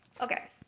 Okay